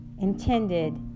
intended